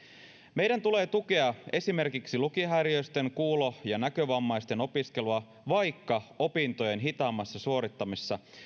meidän tulee tukea esimerkiksi lukihäiriöisten kuulo ja näkövammaisten opiskelua vaikka opintojen hitaammassa suorittamisessa